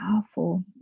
Powerful